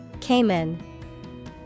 Cayman